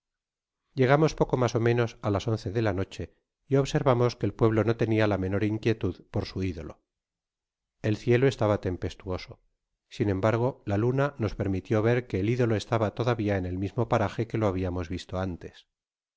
poce mas ó menos á las once de la noche y observamos que el pueblo no tenia la menor inquietud por su idolo el cielo estaba tempestuoso sin embargo la luna nes permitió ver que el idolo estaba todavía en el mimo paraje que lo bahiamos visto antes